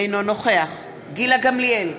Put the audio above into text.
אינו נוכח גילה גמליאל,